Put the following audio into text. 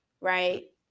Right